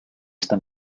esta